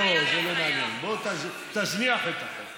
לא מתקנים אפליה באפליה.